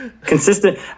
Consistent